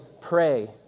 pray